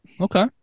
Okay